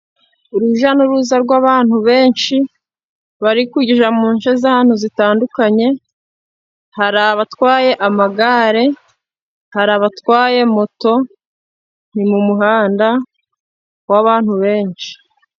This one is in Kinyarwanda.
Urujya n'uruza rw'abantu benshi bari kujya mu nce z'ahantu zitandukanye, hari abatwaye amagare, hari abatwaye moto. Ni mu muhanda w'abantu benshi.